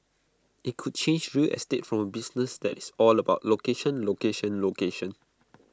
IT could change real estate from A business that is all about location location location